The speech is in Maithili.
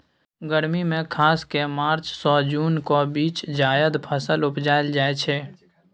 गर्मी मे खास कए मार्च सँ जुनक बीच जाएद फसल उपजाएल जाइ छै